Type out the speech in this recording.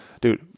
dude